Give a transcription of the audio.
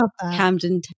Camden